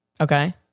Okay